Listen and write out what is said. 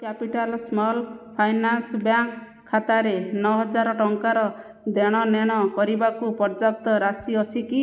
capital Small Finance Bank ଖାତାରେ ନଅହଜାର ଟଙ୍କାର ଦେଣନେଣ କରିବାକୁ ପର୍ଯ୍ୟାପ୍ତ ରାଶି ଅଛି କି